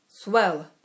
Swell